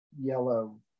yellow